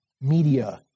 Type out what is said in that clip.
media